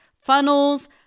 funnels